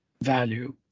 value